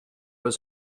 was